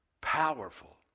powerful